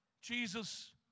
Jesus